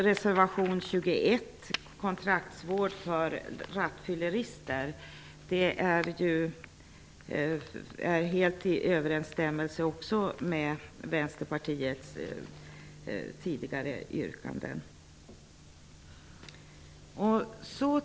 Reservation 21 om kontraktsvård för rattfyllerister är helt i överensstämmelse med Vänsterpartiets tidigare yrkanden.